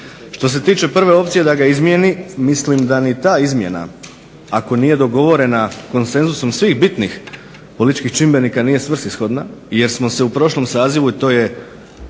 Što se tiče prve opcije da ga izmijeni, mislim da ni ta izmjena ako nije dogovorena konsenzusom svih bitnih političkih čimbenika nije svrsishodna jer smo se u prošlom sazivu i to je